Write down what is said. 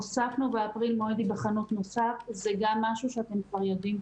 הוספנו באפריל מועד נוסף זה גם משהו שאתם כבר יודעים,